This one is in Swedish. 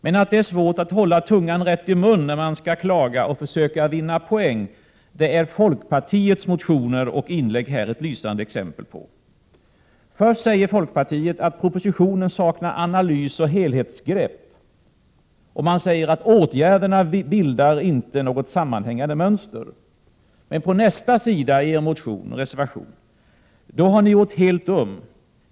Men att det är svårt att hålla tungan rätt i mun när man skall klaga och försöka vinna poäng, det är folkpartiets reservationer och inlägg här lysande exempel på. Först säger folkpartiet att propositionen saknar analys och helhetsgrepp. Sedan säger man att åtgärderna inte bildar något sammanhängande mönster. Men på nästa sida i folkpartiets reservation har man gjort helt om.